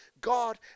God